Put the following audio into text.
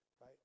right